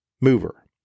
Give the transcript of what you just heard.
mover